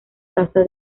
casa